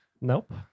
Nope